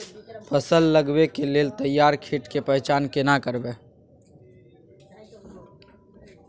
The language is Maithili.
फसल लगबै के लेल तैयार खेत के पहचान केना करबै?